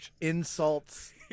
insults